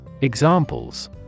Examples